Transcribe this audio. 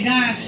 God